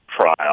trial